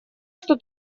что